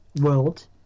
world